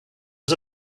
was